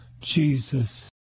Jesus